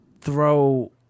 throw